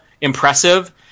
impressive